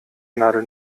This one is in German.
nadel